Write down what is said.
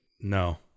No